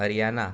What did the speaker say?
Haryana